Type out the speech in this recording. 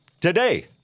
today